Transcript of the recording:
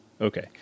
Okay